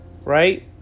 Right